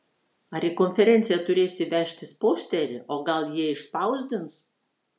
ar į konferenciją turėsi vežtis posterį o gal jie išspausdins